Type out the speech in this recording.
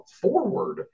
forward